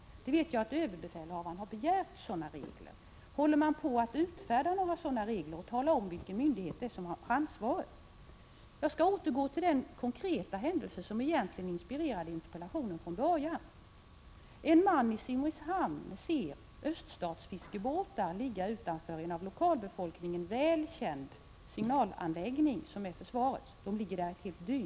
Jag vet att överbefälhavaren har begärt sådana regler. Håller man på att utfärda sådana regler, och kommer man att tala om vilken myndighet som har ansvaret? Jag skall återgå till den konkreta händelse som från början inspirerade mig till interpellationen. En man i Simrishamn ser öststatsbåtar ligga utanför en av lokalbefolkningen väl känd signalanläggning, som tillhör försvaret. Båtarna ligger där ett helt dygn.